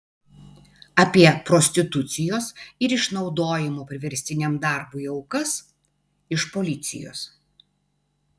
apie prostitucijos ir išnaudojimo priverstiniam darbui aukas iš policijos